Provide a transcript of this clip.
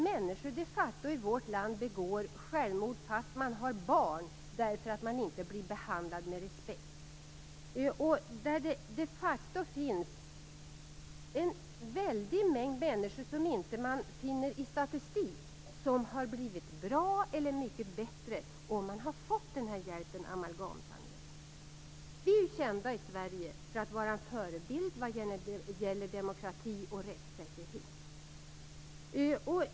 Människor i vårt land begår de facto självmord, fast de har barn, därför att de inte blir behandlade med respekt. Det finns en stor mängd människor som man inte finner i statistiken som har blivit bra eller mycket bättre genom att de har fått hjälp med amalgamsanering. Vi är kända i Sverige för att vara en förebild vad gäller demokrati och rättssäkerhet.